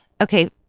Okay